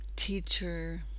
Teacher